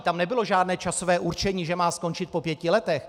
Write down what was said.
Tam nebylo žádné časové určení, že má skončit po pěti letech.